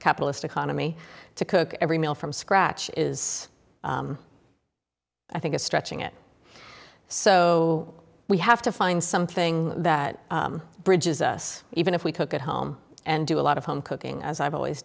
capitalist economy to cook every meal from scratch is i think it's stretching it so we have to find something that bridges us even if we cook at home and do a lot of home cooking as i've always